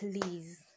Please